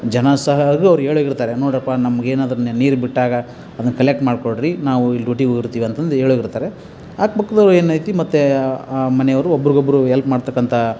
ಜನ ಸಹ ಅವ್ರು ಹೇಳೋಗಿರ್ತಾರೆ ನೋಡಿರಪ್ಪ ನಮ್ಗೆ ಏನಾದ್ರೂ ನೀರನ್ನ ಬಿಟ್ಟಾಗ ಅದನ್ನು ಕಲೆಕ್ಟ್ ಮಾಡಿಕೊಡ್ರಿ ನಾವು ಇಲ್ಲಿ ಡ್ಯೂಟಿಗೆ ಹೋಗಿರ್ತೀವಿ ಅಂತಂದು ಹೇಳೋಗಿರ್ತಾರೆ ಅಕ್ಕಪಕ್ದವ್ರು ಏನೈತಿ ಮತ್ತು ಆ ಮನೆಯವರು ಒಬ್ಬರಿಗೊಬ್ರು ಎಲ್ಪ್ ಮಾಡತಕ್ಕಂಥ